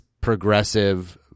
progressive